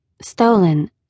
Stolen